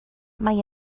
mae